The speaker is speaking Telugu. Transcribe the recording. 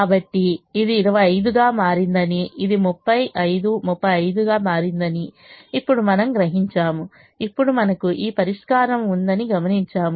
కాబట్టి ఇది 25 గా మారిందని ఇది 30 5 35 గా మారిందని ఇప్పుడు మనం గ్రహించాము ఇప్పుడు మనకు ఈ పరిష్కారం ఉందని గమనించాము